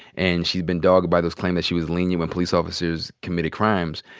and she's been dogged by those claims that she was lenient when police officers committed crimes.